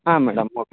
ಹಾಂ madam okay